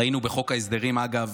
ראינו בחוק ההסדרים, אגב,